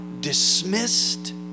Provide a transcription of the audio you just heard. dismissed